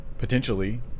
Potentially